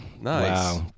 Nice